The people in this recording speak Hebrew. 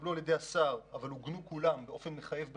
שהתקבלו על ידי השר אבל עוגנו כולן באופן מחייב ברגולציה,